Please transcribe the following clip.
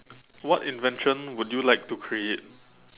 what invention would you like to create